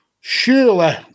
surely